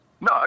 No